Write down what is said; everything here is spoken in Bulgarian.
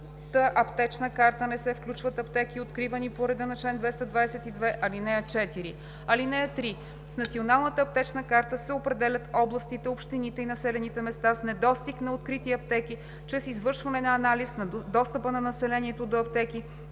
аптечна карта не се включват аптеки, откривани по реда на чл. 222, ал. 4. (3) С Националната аптечна карта се определят областите, общините и населените места с недостиг на открити аптеки чрез извършване на анализ на достъпа на населението до аптеки,